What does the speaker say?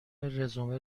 رزومه